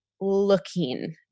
looking